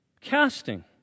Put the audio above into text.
Casting